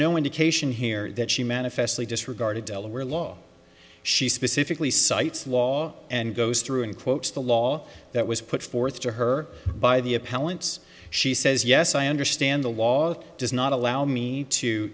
no indication here that she manifestly disregarded delaware law she specifically cites law and goes through in quotes the law that was put forth to her by the appellants she says yes i understand the law does not allow me to